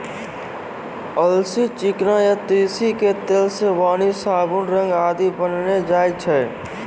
अलसी, चिकना या तीसी के तेल सॅ वार्निस, साबुन, रंग आदि बनैलो जाय छै